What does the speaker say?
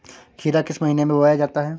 खीरा किस महीने में बोया जाता है?